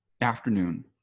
afternoon